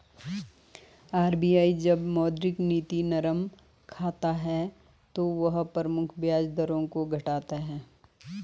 RBI जब मौद्रिक नीति नरम रखता है तो वह प्रमुख ब्याज दरों को घटाता है